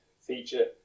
feature